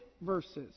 verses